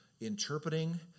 interpreting